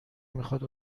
میخواد